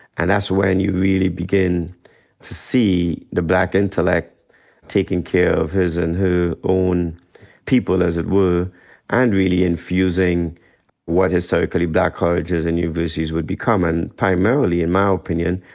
and that's when you really begin to see the black intellect taking care of his and her own people as it were and really infusing what historically black colleges and universities would become. and primarily in my opinion,